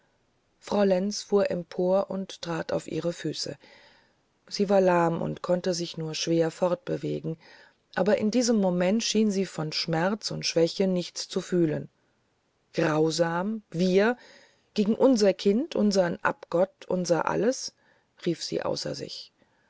frau lenz fuhr empor und trat auf ihre füße sie war lahm und konnte sich nur schwer fortbewegen aber in diesem moment schien sie von schmerz und schwäche nichts zu fühlen grausam wir gegen unser kind unseren abgott unser alles rief sie wie außer sich